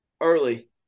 early